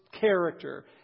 character